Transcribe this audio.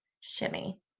shimmy